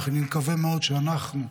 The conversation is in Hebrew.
אני מקווה מאוד שאנחנו,